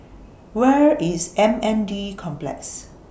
Where IS M N D Complex